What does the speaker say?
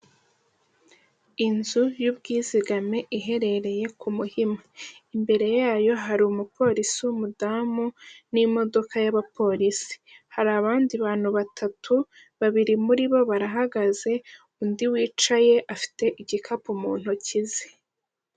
Inzu y'ubwizigame iherereye ku Muhima imbere yayo hari umupolisi w'umudamu n'imodoka y'abapolisi, hari abandi bantu batatu babiri muri bo barahagaze undi wicaye afite igikapu mu ntoki ze.